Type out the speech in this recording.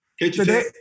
today